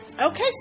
Okay